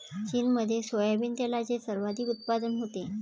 चीनमध्ये सोयाबीन तेलाचे सर्वाधिक उत्पादन होते